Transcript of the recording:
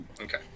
Okay